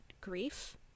grief